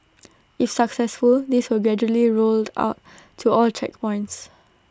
if successful this will be gradually rolled out to all checkpoints